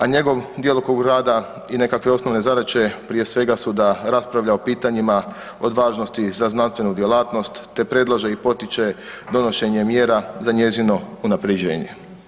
A njegov djelokrug rada i nekakve osnovne zadaće prije svega su da raspravlja o pitanjima od važnosti za znanstvenu djelatnost te predlaže i potiče donošenje mjera za njezino unapređenje.